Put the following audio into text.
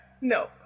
No